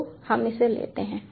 तो हम इसे लेते हैं